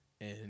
and-